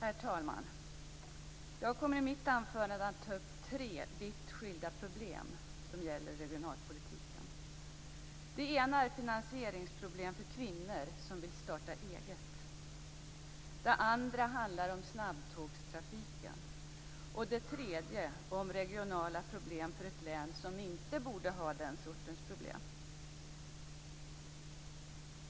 Herr talman! Jag kommer i mitt anförande att ta upp tre vitt skilda problem i regionalpolitiken. Det ena är finansieringsproblem för kvinnor som vill starta eget. Det andra handlar om snabbtågstrafiken. Det tredje handlar om regionala problem i ett län som inte borde ha den sortens problem.